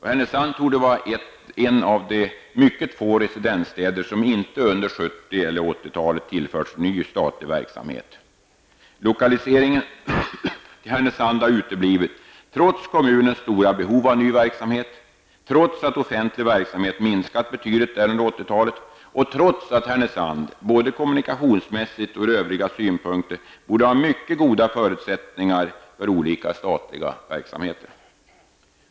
Härnösand torde vara en av de mycket få residensstäder som inte under 70 eller 80-talet tillförts ny statlig verksamhet. Lokalisering har uteblivit trots kommunens stora behov av ny verksamhet, trots att offentlig verksamhet minskat betydligt där under 80-talet och trots att Härnösand både kommunikationsmässigt och ur övriga synpunkter borde ha mycket goda förutsättningar för olika statliga verksamheter.